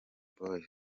boys